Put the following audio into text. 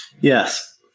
Yes